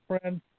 friend